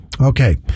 Okay